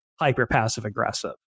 hyper-passive-aggressive